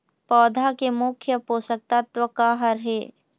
पौधा के मुख्य पोषकतत्व का हर हे?